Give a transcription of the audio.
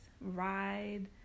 ride